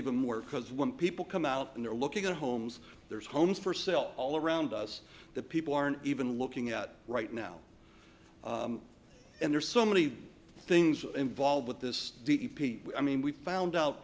even more because when people come out and they're looking at homes there's homes for sale all around us that people aren't even looking at right now and there's so many things involved with this i mean we found